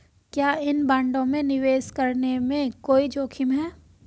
क्या इन बॉन्डों में निवेश करने में कोई जोखिम है?